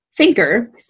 thinker